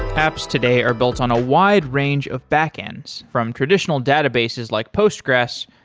apps today are built on a wide range of backends, from traditional databases like postgres,